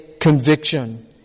conviction